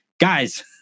guys